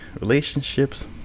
relationships